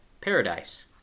paradise